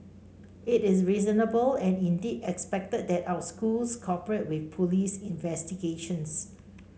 it is reasonable and indeed expected that our schools cooperate with police investigations